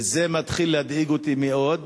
וזה מתחיל להדאיג אותי מאוד,